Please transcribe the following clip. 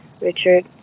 Richard